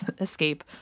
escape